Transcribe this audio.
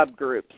Subgroups